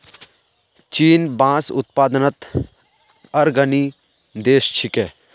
चीन बांस उत्पादनत अग्रणी देश छिके